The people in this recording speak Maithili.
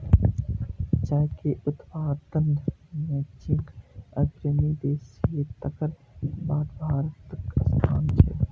चाय के उत्पादन मे चीन अग्रणी देश छियै, तकर बाद भारतक स्थान छै